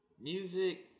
music